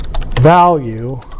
value